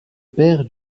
père